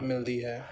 ਮਿਲਦੀ ਹੈ